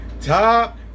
Top